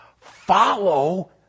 follow